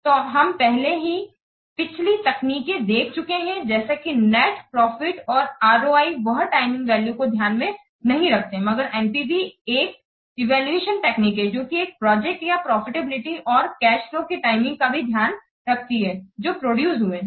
तो हम पहले ही पिछली तकनीकें देख चुके हैं जैसे कि नेट प्रॉफिट और ROI वह टाइमिंग वैल्यू को ध्यान में नहीं रखते हैं मगर NPV एक इवैल्यूएशन टेक्निक है जोकि एक प्रोजेक्ट की प्रॉफिटेबिलिटी और कैश फ्लो की टाइमिंग का भी ध्यान रखती है जो प्रड्यूस हुए हैं